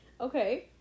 Okay